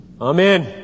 Amen